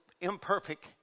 imperfect